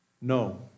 no